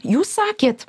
jūs sakėt